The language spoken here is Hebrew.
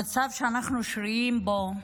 המצב שאנחנו שרויים בו,